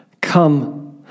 Come